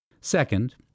Second